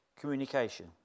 communication